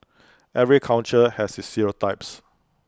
every culture has stereotypes